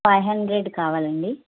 five hundred కావాలండి